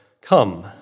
come